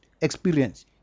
experience